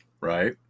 Right